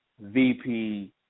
VP